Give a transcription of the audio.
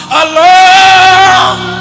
alone